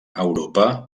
europa